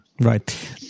Right